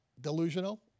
Delusional